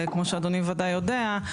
כמו שאדוני ודאי יודע,